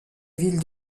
ville